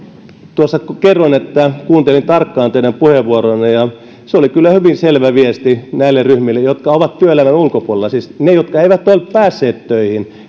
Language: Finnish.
tuossa kerroin että kuuntelin tarkkaan teidän puheenvuoronne ja se oli kyllä hyvin selvä viesti näille ryhmille jotka ovat työelämän ulkopuolella siis niille jotka eivät ole päässeet töihin